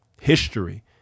history